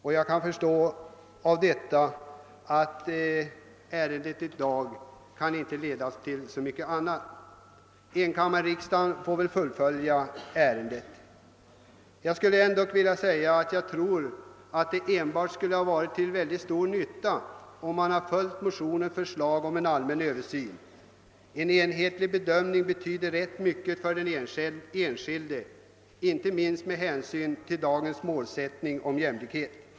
Debatten i denna kammare kan därför inte heller ge något annat resultat. Ärendet får väl fullföljas av enkammarriksdagen. Det skulle enligt min mening enbart ha varit till nytta om man hade följt motionens förslag om en allmän översyn på detta område. En enhetligare bedömning betyder ganska mycket för den enskilde, inte minst med hänsyn till dagens inriktning på jämlikhet.